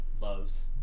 loves